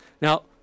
Now